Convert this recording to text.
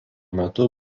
metu